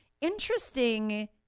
interesting